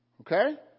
Okay